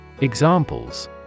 Examples